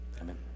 Amen